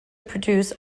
produce